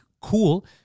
cool